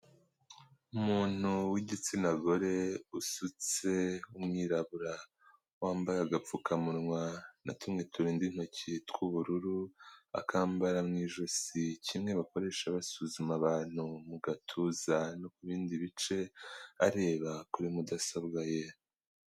Umuntu w'igitsina gore usutse w'umwirabura wambaye agapfukamunwa na tumwe turinda intoki tw'ubururu, akambara mu ijosi kimwe bakoresha basuzuma abantu mu gatuza no ku bindi bice, areba kuri mudasobwa ye.